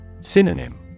Synonym